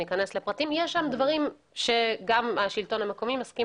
יש שם דברים שגם השלטון המקומי מסכים